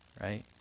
right